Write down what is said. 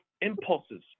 impulses